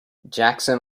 jackson